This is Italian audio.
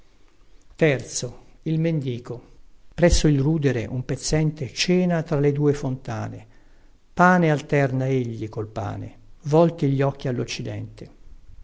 di rosa presso il rudere un pezzente cena tra le due fontane pane alterna egli col pane volti gli occhi alloccidente